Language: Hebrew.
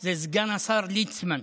הוא סגן השר ליצמן,